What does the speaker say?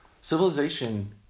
Civilization